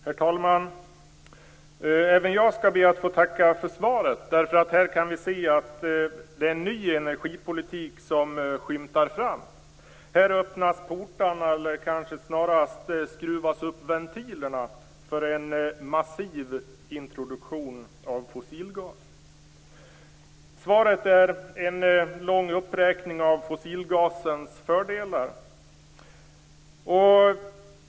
Herr talman! Även jag skall be att få tacka för svaret. Här kan vi se att det är en ny energipolitik som skymtar fram. Här öppnas portarna, eller snarast skruvas ventilerna upp för en massiv introduktion av fossilgas. Svaret är en lång uppräkning av fossilgasens fördelar.